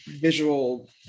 visual